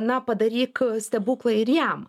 na padaryk stebuklą ir jam